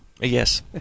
Yes